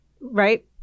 Right